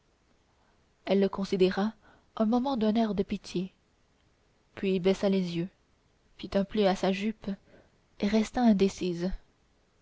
elle le considéra un moment d'un air de pitié puis baissa les yeux fit un pli à sa jupe et resta indécise